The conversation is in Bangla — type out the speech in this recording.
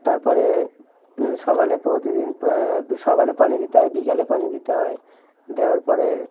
তারপরে সকালে প্রতিদিন সকালে পানি দিতে হয় বিকালে পানি দিতে হয় দেওয়ার পরে